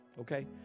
okay